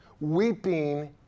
Weeping